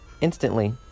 Instantly